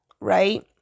right